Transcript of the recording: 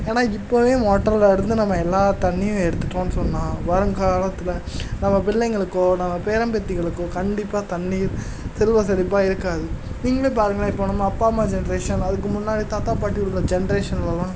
ஏன்னா இப்பவே மோட்டார்லருந்து நம்ம எல்லா தண்ணீயும் எடுத்துட்டோம்னு சொன்னால் வருங்காலத்தில் நம்ம பிள்ளைங்களுக்கோ நம்ம பேரம் பேத்திகளுக்கோ கண்டிப்பாக தண்ணீர் செல்வ செழிப்பா இருக்காது நீங்களே பாருங்களேன் இப்ப நம்ம அப்பா அம்மா ஜென்ரேஷன் அதுக்கு முன்னாடி தாத்தா பாட்டி இருந்த ஜென்ரேஷன்லலாம்